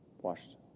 washed